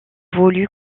voulu